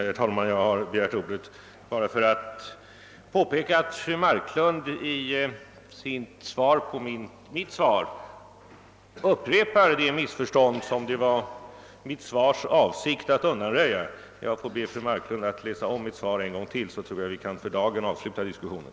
Herr talman! Jag har begärt ordet bara för att påpeka att fru Marklund i sitt anförande med anledning av mitt svar upprepar de missförstånd som jag med mitt svar avsåg att undanröja. Jag får be fru Marklund att läsa mitt svar en gång till, så tror jag att vi kan för dagen avsluta diskussionen.